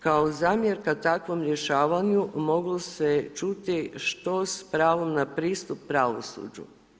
Kao zamjerka takvom rješavanju, moglo se je čuti što s pravom na pristup pravosuđu.